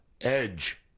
Edge